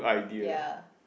ya